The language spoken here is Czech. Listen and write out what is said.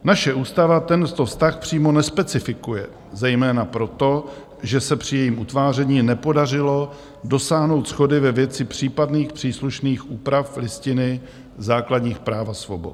Naše ústava tento vztah přímo nespecifikuje, zejména proto, že se při jejím utváření nepodařilo dosáhnout shody ve věci případných příslušných úprav Listiny základních práv a svobod.